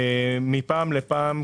מפעם לפעם,